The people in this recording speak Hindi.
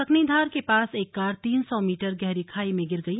सकनिधार के पास एक कार तीन सौ मीटर गहरी खाई में गिर गई